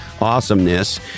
awesomeness